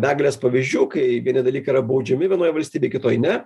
begalės pavyzdžių kai vieni dalykai yra baudžiami vienoj valstybėj kitoj ne